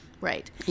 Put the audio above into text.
Right